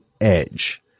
edge